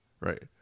right